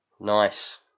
Nice